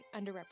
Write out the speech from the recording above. underrepresented